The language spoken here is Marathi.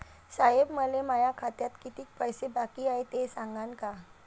साहेब, मले माया खात्यात कितीक पैसे बाकी हाय, ते सांगान का?